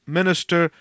minister